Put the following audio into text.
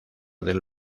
del